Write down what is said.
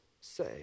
say